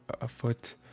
afoot